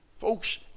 Folks